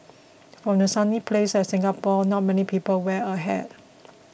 for a sunny place like Singapore not many people wear a hat